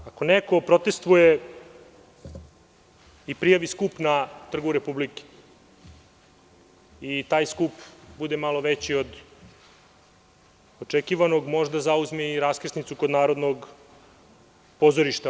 Ako neko protestuje i prijavi skup na Trgu Republike i taj skup bude malo veći od očekivanog, možda zauzme i raskrsnicu kod Narodnog pozorišta.